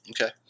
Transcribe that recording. Okay